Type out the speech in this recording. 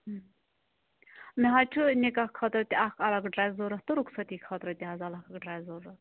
مےٚ حظ چھُ نِکاح خٲطرٕ تہِ اکھ الگ ڈرٮ۪س ضوٚرَتھ تہٕ رُخستی خٲطرٕ تہِ حظ الگ ڈرٮ۪س ضوٚرَتھ